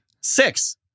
Six